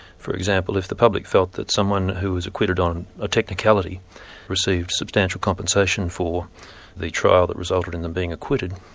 for example, if the public felt that someone who was acquitted on a technicality received substantial compensation for the trial that resulted in them being acquitted,